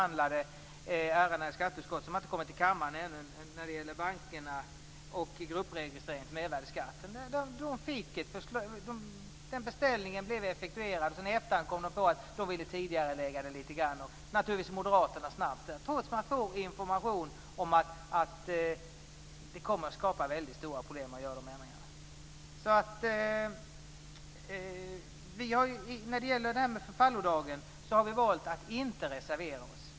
När vi i skatteutskottet senast behandlade ärenden om bankerna och gruppregistrering för mervärdesskatten, som ännu inte har kommit till kammaren, blev beställningen effektuerad. I efterhand kom de på att de ville tidigarelägga det litet grand, och då var Moderaterna naturligtvis snabbt där, trots att man fått information om det skulle skapa stora problem att göra de ändringarna. När det gäller förfallodagen har vi valt att inte reservera oss.